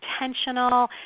intentional